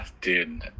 Dude